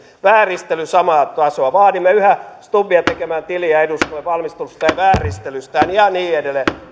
vääristely samaa tasoa vaadimme yhä stubbia tekemään tiliä eduskunnalle valmistelustaan ja vääristelystään ja niin edelleen